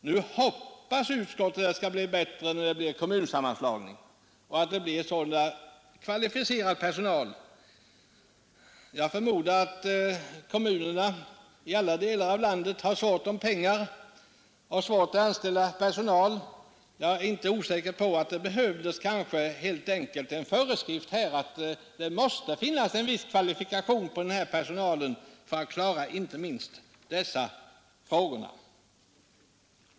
Nu hoppas utskottet att det skall bli bättre förhållanden genom kommunsammanslagningarna, varvid det blir bättre förutsättningar att skaffa kvalificerad personal. Jag förmodar att kommunerna i alla delar av landet har ont om pengar och har svårigheter att anställa personal. Jag undrar om det inte helt enkelt skulle behövas en föreskrift om att personalen i fråga skall ha vissa kvalifikationer för att kunna klara inte minst dessa frågor.